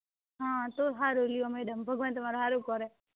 હા તો હારું લ્યો મેડમ ભગવાન તમારું સારું કરે